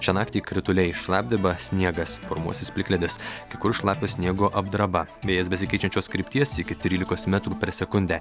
šią naktį krituliai šlapdriba sniegas formuosis plikledis kai kur šlapio sniego apdraba vėjas besikeičiančios krypties iki trylikos metrų per sekundę